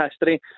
history